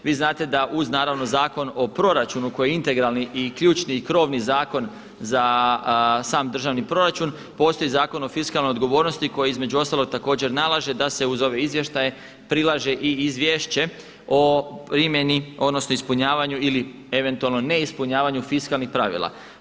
Vi znate da uz naravno Zakon o proračunu koji je integralni i ključni i krovni zakon za sam državni proračun postoji Zakon o fiskalnoj odgovornosti koji između ostalog također nalaže da se uz ove izvještaje prilaže i izvješće o primjeni, odnosno ispunjavanju ili eventualno neispunjavanju fiskalnih pravila.